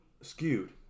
skewed